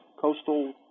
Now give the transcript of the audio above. coastal